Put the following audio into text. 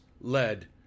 led